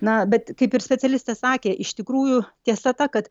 na bet kaip ir specialistė sakė iš tikrųjų tiesa ta kad